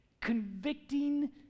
convicting